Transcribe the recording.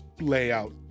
layout